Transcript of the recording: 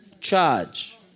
Charge